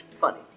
funny